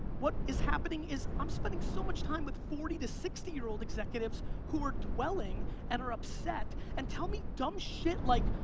what is happening is i'm spending so much time with forty to sixty year old executives who are dwelling and are upset, and tell me dumb shit like,